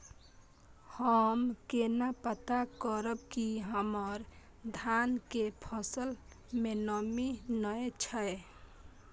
हम केना पता करब की हमर धान के फसल में नमी नय छै?